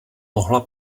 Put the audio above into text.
mohla